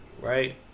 Right